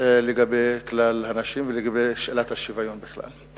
לגבי כלל הנשים ולגבי שאלת השוויון בכלל.